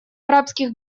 арабских